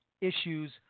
issues